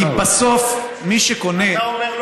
כי בסוף, מי שקונה,